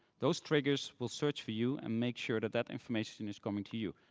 those triggers will search for you and make sure that that information is coming to you.